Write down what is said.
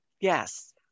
Yes